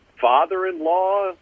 father-in-law